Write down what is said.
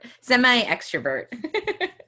Semi-extrovert